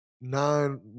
nine